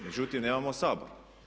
Međutim, nemamo Sabor.